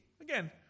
Again